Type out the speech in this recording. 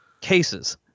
cases